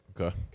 Okay